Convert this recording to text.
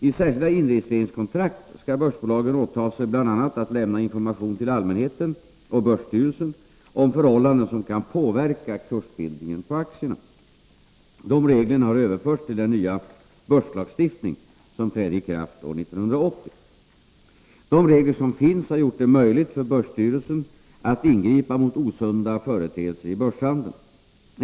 I särskilda inregistreringskontrakt skall börsbolagen åta sig bl.a. att lämna information till allmänheten och börsstyrelsen om förhållanden som kan påverka kursbildningen på aktierna. Dessa regler har överförts till den nya börslagstiftning som trädde i kraft år 1980. De regler som finns har gjort det möjligt för börsstyrelsen att ingripa mot osunda företeelser i börshandeln.